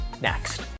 next